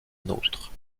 nôtre